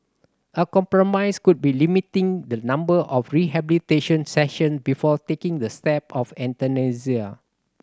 a compromise could be limiting the number of rehabilitation session before taking the step of euthanasia